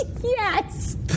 Yes